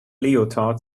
leotard